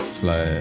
fly